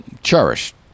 cherished